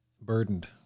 burdened